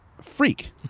freak